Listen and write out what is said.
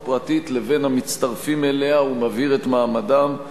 פרטית לבין המצטרפים אליה ומבהיר את מעמדם.